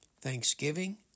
thanksgiving